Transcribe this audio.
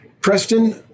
Preston